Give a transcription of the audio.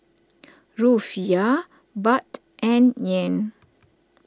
Rufiyaa Baht and Yen